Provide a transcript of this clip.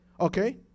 Okay